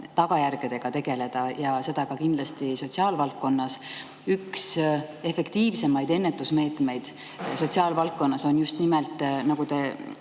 tagajärgedega tegeleda, ja seda kindlasti ka sotsiaalvaldkonnas. Üks efektiivsemaid ennetusmeetmeid sotsiaalvaldkonnas on just nimelt, nagu te